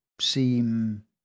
seem